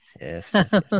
yes